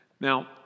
now